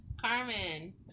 Carmen